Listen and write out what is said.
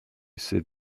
said